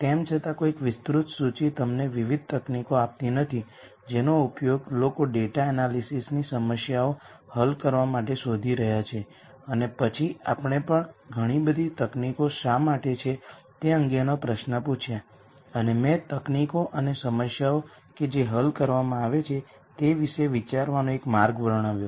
તેમ છતાં કોઈ વિસ્તૃત સૂચિ તમને વિવિધ તકનીકો આપતી નથી જેનો ઉપયોગ લોકો ડેટા એનાલિસિસની સમસ્યાઓ હલ કરવા માટે શોધી રહ્યા છે અને પછી આપણે પણ ઘણી બધી તકનીકો શા માટે છે તે અંગેના પ્રશ્નો પૂછ્યા અને મેં તકનીકો અને સમસ્યાઓ કે જે હલ કરવામાં આવે છે તે વિશે વિચારવાનો એક માર્ગ વર્ણવ્યો